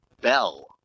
Bell